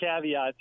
caveat